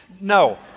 No